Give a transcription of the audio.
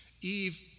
Eve